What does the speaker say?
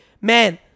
man